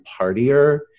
partier